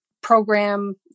program